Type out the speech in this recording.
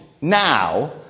now